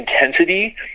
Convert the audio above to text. intensity